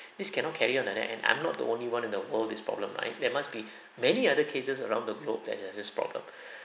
this cannot carry on like that and I'm not the only one in the world with this problem right there must be many other cases around the globe that has this problem